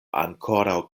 ankoraŭ